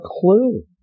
clue